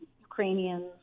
Ukrainians